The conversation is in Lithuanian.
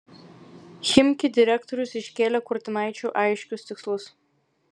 chimki direktorius iškėlė kurtinaičiui aiškius tikslus